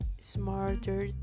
smarter